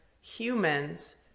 humans